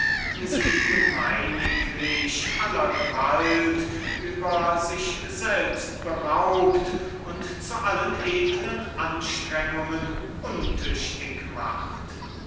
sie gemeiniglich der meisterschaft über sich selbst beraube entnerve und zu edeln anstrengungen untüchtig mache